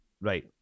Right